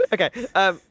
Okay